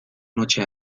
noche